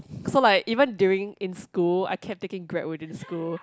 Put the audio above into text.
so like even during in school I kept taking Grab within school